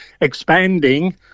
expanding